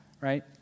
right